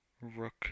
Rook